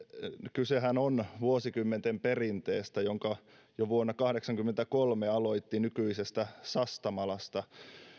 kysehän on vuosikymmenten perinteestä jonka jo vuonna kahdeksankymmentäkolme aloitti nykyisestä sastamalasta